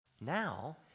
now